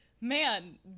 man